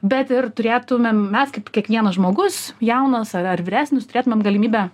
bet ir turėtumėm mes kaip kiekvienas žmogus jaunas ar vyresnis turėtum galimybę